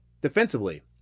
defensively